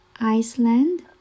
Iceland